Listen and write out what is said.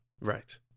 right